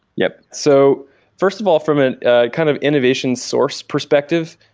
yup. so first of all, from an kind of innovation source perspective.